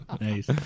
Nice